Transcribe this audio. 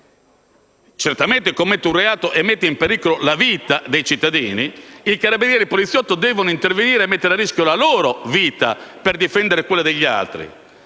certamente commette un reato e mette in pericolo la vita dei cittadini, il carabiniere o il poliziotto devono intervenire, mettendo così a rischio la propria vita per difendere quella degli altri.